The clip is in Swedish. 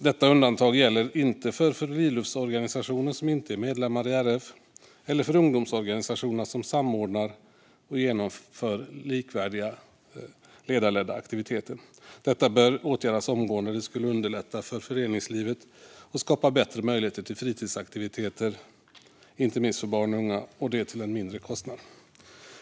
Detta undantag gäller inte för friluftsorganisationer som inte är medlemmar i RF eller för ungdomsorganisationerna, som samordnar och genomför likvärdiga ledarledda aktiviteter. Detta bör åtgärdas omgående; det skulle underlätta för föreningslivet och skapa bättre möjlighet till fritidsaktiviteter, inte minst för barn och unga, och det till en mindre kostnad.